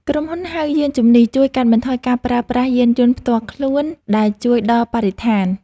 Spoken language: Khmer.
ក្រុមហ៊ុនហៅយានជំនិះ ជួយកាត់បន្ថយការប្រើប្រាស់យានយន្តផ្ទាល់ខ្លួន ដែលជួយដល់បរិស្ថាន។